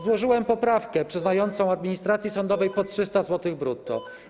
Złożyłem poprawkę przyznającą administracji sądowej po 300 zł brutto.